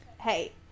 hey